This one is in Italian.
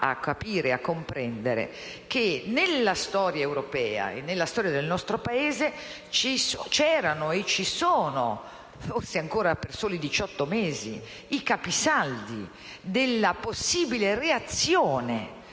a capire e a comprendere che nella storia europea e del nostro Paese c'erano e ci sono, forse ancora per soli diciotto mesi, i capisaldi della possibile reazione